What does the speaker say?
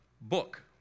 book